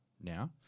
now